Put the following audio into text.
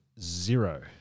zero